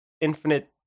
infinite